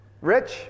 Rich